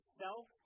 self